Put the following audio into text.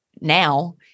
now